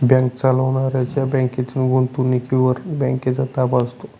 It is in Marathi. बँक चालवणाऱ्यांच्या बँकेतील गुंतवणुकीवर बँकेचा ताबा असतो